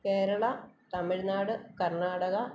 Kerala Tamil Nadu Karnataka